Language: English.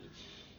which